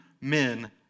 men